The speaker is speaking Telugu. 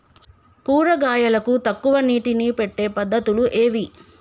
కూరగాయలకు తక్కువ నీటిని పెట్టే పద్దతులు ఏవి?